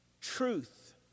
Truth